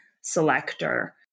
selector